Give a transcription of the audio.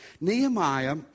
Nehemiah